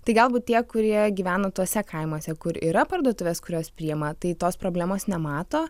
tai galbūt tie kurie gyvena tuose kaimuose kur yra parduotuvės kurios priima tai tos problemos nemato